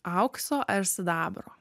aukso ar sidabro